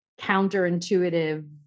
counterintuitive